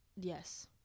Yes